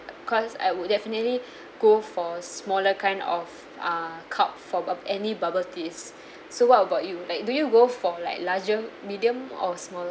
cause I would definitely go for smaller kind of err cup from um any bubble teas so what about you like do you go for like larger medium or small